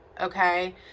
okay